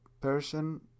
person